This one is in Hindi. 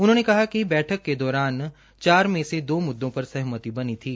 उन्होंने कहा कि बैठक के दौरान चार से दो मुद्दे पर सहमति बनी थी